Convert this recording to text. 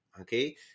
Okay